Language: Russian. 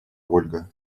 ольга